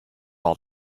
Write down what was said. all